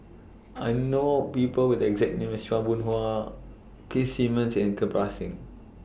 I know People Who Have The exact name as Chua Boon Hwa Keith Simmons and Kirpal Singh